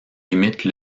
limitent